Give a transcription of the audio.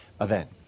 event